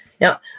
Now